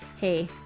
hey